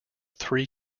three